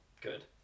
good